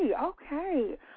okay